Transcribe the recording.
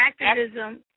activism